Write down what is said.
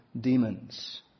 demons